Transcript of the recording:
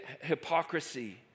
hypocrisy